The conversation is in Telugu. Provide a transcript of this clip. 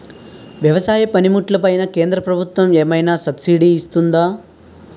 వ్యవసాయ పనిముట్లు పైన కేంద్రప్రభుత్వం ఏమైనా సబ్సిడీ ఇస్తుందా?